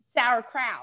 sauerkraut